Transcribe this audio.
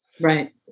Right